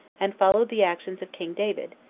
and followed the actions of king david,